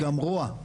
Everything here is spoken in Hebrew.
גם רוע,